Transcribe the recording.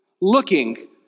looking